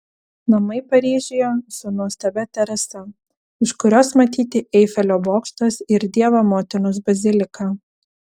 namai paryžiuje su nuostabia terasa iš kurios matyti eifelio bokštas ir dievo motinos bazilika